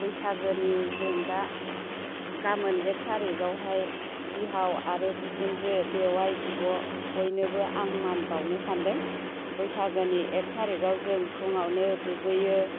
बैसागोनि जों दा गामोन एक थारिकआवहाय बिहाव आरो बिखुनजो बेवाय आरो बिब' बयनोबो आं मान बावनो सान्दों बैसागोनि एक थारिकआव जों फुङावनो दुगैयो